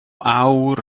awr